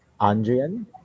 Andrian